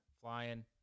Flying